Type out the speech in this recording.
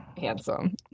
Handsome